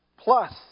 Plus